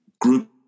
group